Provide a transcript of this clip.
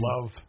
love